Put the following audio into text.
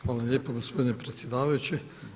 Hvala lijepa gospodine predsjedavajući.